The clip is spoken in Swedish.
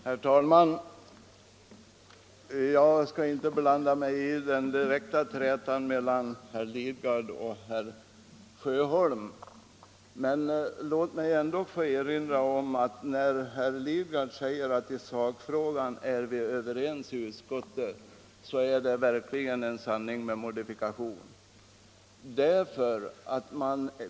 Herr talman! Jag skall inte blanda mig i den direkta trätan mellan herr Lidgard och herr Sjöholm, men låt mig ändå erinra om att herr Lidgards uttalande att vi i utskottet är överens i sakfrågan verkligen är en sanning med modifikation.